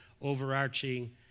overarching